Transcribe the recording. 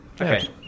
Okay